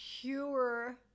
pure